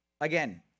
again